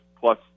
plus